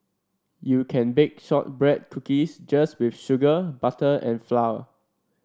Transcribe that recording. you can bake shortbread cookies just with sugar butter and flour